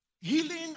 healing